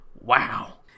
Wow